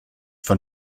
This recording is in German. von